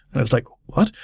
i was like, what?